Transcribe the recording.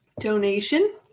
Donation